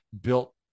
built